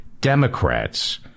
Democrats